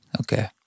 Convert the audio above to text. Okay